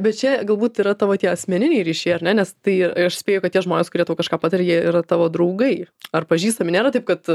bet čia galbūt yra tavo tie asmeniniai ryšiai ar ne nes tai aš spėju kad tie žmonės kurie tau kažką pataria jie yra tavo draugai ar pažįstami nėra taip kad